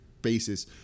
basis